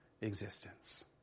existence